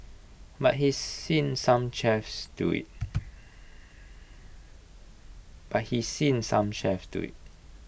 but he's seen some chefs do IT